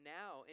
now